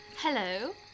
Hello